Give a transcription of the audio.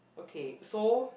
okay so